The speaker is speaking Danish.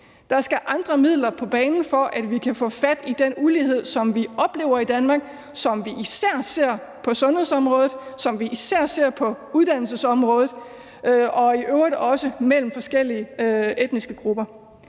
Der skal andre midler på banen, for at vi kan få fat i den ulighed, som vi oplever i Danmark, som vi især ser på sundhedsområdet, og som vi især ser på uddannelsesområdet – og i øvrigt også mellem forskellige etniske grupper.